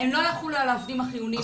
הן לא יחולו על העובדים החיוניים האלה.